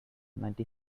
ninety